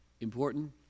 important